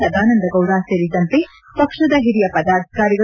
ಸದಾನಂದಗೌಡ ಸೇರಿದಂತೆ ಪಕ್ಷದ ಹಿರಿಯ ಪದಾಧಿಕಾರಿಗಳು